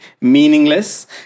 meaningless